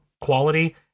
quality